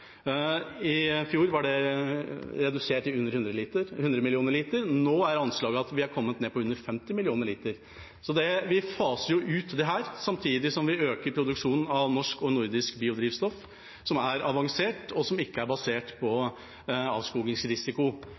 I fjor var det redusert til under 100 millioner liter. Nå er anslaget at vi har kommet ned på under 50 millioner liter. Så vi faser ut dette, samtidig som vi øker produksjonen av norsk og nordisk biodrivstoff, som er avansert, og som ikke er basert på